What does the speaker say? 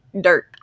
Dirt